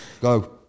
Go